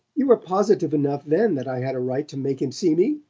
you were positive enough then that i had a right to make him see me.